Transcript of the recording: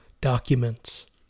documents